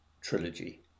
trilogy